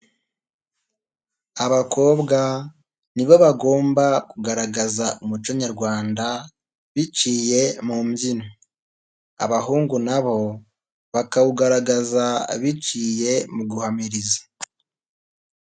Abakobwa nibo bagomba kugaragaza umuco nyarwanda, biciye mu mbyino. Abahungu na bo bakawugaragaza biciye mu guhamiriza.